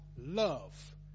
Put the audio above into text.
love